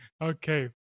Okay